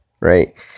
right